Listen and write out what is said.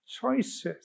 choices